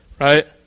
Right